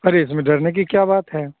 अरे इसमें डरने की क्या बात है